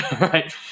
Right